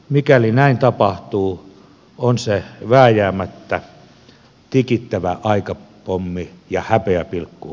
mikäli näin tapahtuu on se vääjäämättä tikittävä aikapommi ja häpeäpilkku